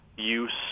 use